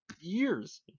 years